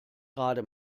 gerade